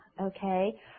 okay